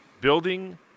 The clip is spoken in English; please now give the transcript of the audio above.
building